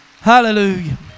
Hallelujah